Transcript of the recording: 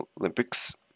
Olympics